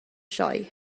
sioe